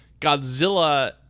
Godzilla